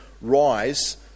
rise